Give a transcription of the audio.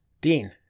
Dean